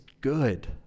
good